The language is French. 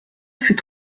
fut